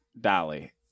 Dolly